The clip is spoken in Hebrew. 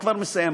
ואני כבר מסיים,